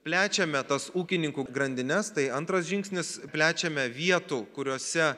plečiame tas ūkininkų grandines tai antras žingsnis plečiame vietų kuriose